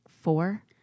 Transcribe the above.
four